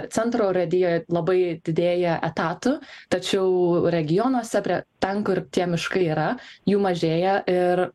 centro urėdijoj labai didėja etatų tačiau regionuose prie ten kur tie miškai yra jų mažėja ir